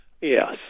Yes